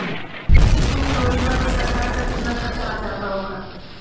कुसुम योजना में सरकार का कितना खर्चा आ जाता होगा